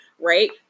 right